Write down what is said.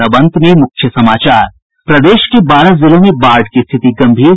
और अब अंत में मुख्य समाचार प्रदेश के बारह जिलों में बाढ़ की स्थिति गंभीर